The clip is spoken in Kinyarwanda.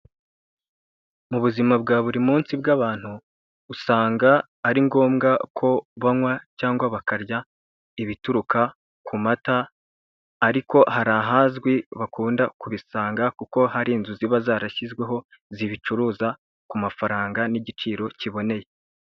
Mu buzima bwa buri munsi bw'abantu usanga ari ngombwa ko banywa cyangwa bakarya ibituruka ku mata, ariko hari ahazwi bakunda kubisanga, kuko hari inzu ziba zarashyizweho zibicuruza ku mafaranga n'igiciro kiboneye.